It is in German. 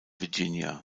virginia